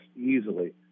easily